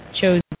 chose